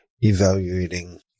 evaluating